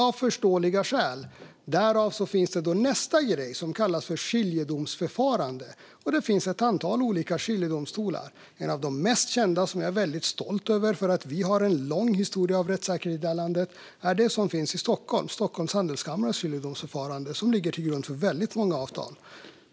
Därför finns nästa grej som kallas för skiljedomsförfarande, och det finns ett antal olika skiljedomstolar. En av de mest kända och som jag är väldigt stolt över - vi har en lång historia av rättssäkerhet i det här landet - är Stockholms Handelskammare och dess skiljedomsförfarande, som ligger till grund för väldigt många avtal.